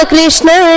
Krishna